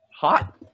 Hot